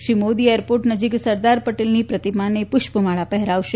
Shri Modi airport નજીક સરદાર પટેલની પ્રતિમાને પુષ્પમાળા પફેરાવશે